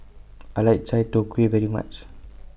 I like Chai Tow Kway very much